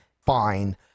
fine